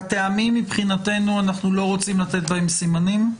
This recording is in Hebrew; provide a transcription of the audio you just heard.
הטעמים מבחינתנו, אנחנו לא רוצים לתת בהם סימנים?